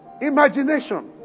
Imagination